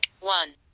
one